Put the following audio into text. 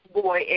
boy